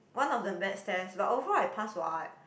one of the maths test but overall I pass what